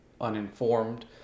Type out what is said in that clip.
uninformed